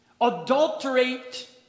adulterate